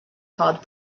called